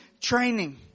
training